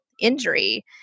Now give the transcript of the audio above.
injury